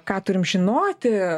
ką turim žinoti